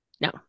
no